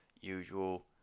usual